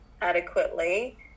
adequately